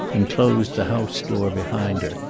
and closed the house door behind her.